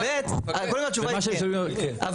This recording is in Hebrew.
אבל ב', אני חושב שעניתי.